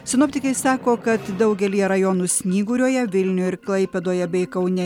sinoptikai sako kad daugelyje rajonų snyguriuoja vilniuj ir klaipėdoje bei kaune